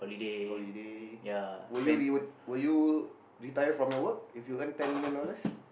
holiday would you re~ would you retire from your work if you earn ten million dollars